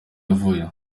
yavuye